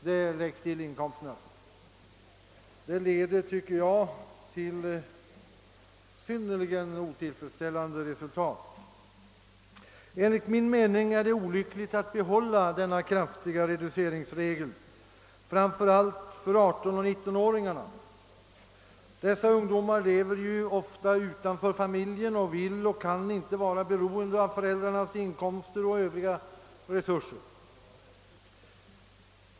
Detta leder, tycker jag, till synnerligen otillfredsställande resultat. Enligt min mening är det olyckligt att behålla dessa kraftiga reduceringsregler, framför allt för 18 och 19-åringarna. Dessa ungdomar lever ofta utanför familjen och varken vill eller kan vara beroende av föräldrarnas inkomster och övriga resurser.